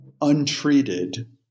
Untreated